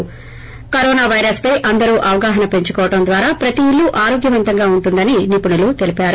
ి corona virus పై అందరూ అవగాహన పెంచుకోవడం ద్వారా ప్రతి ఇల్లు ఆరోగ్యవంతంగా ఉంటుందని నిపుణులు తెలిపారు